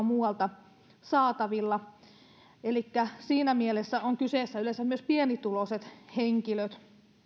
muualta saatavilla elikkä siinä mielessä on kyseessä yleensä myös pienituloiset henkilöt